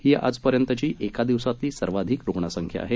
ही आजपर्यंतची एका दिवसातली सर्वाधिक रुग्ण संख्या आहे